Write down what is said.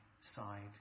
side